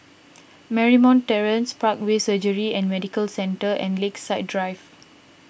Marymount Terrace Parkway Surgery and Medical Centre and Lakeside Drive